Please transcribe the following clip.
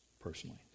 personally